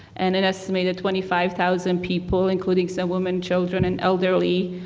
and an estimated twenty five thousand people including some women, children, and elderly,